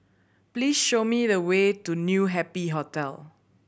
please show me the way to New Happy Hotel